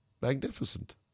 magnificent